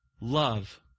Love